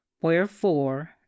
wherefore